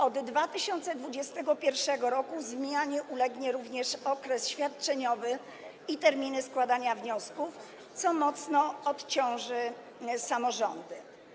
Od 2021 r. zmianie ulegnie również okres świadczeniowy i terminy składania wniosków, co mocno odciąży samorządy.